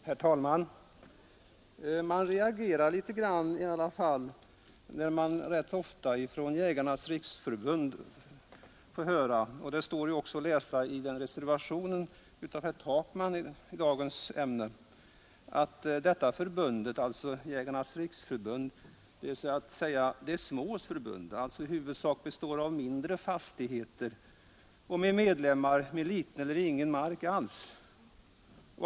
Herr talman! Jag reagerar litet grand när man ganska ofta från Jägarnas riksförbund får höra — det står också att läsa i reservationen av herr Takman — att Jägarnas riksförbund är de smås förbund, alltså huvudsakligen består av ägare till mindre fastigheter och av medlemmar . med liten eller ingen mark alls.